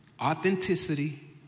Authenticity